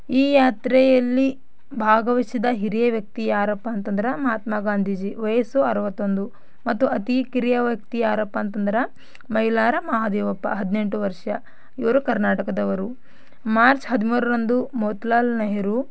ಈ ಯಾತ್ರೆಯಲ್ಲಿ ಭಾಗವಹಿಸಿದ ಹಿರಿಯ ವ್ಯಕ್ತಿ ಯಾರಪ್ಪ ಅಂತಂದ್ರೆ ಮಹಾತ್ಮ ಗಾಂಧೀಜಿ ವಯಸ್ಸು ಅರವತ್ತೊಂದು ಮತ್ತು ಅತಿ ಕಿರಿಯ ವ್ಯಕ್ತಿ ಯಾರಪ್ಪ ಅಂತಂದ್ರೆ ಮೈಲಾರ ಮಹದೇವಪ್ಪ ಹದಿನೆಂಟು ವರ್ಷ ಇವರು ಕರ್ನಾಟಕದವರು ಮಾರ್ಚ ಹದಿಮೂರರಂದು ಮೋತಿಲಾಲ್ ನೆಹರು